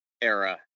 era